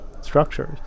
structures